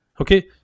okay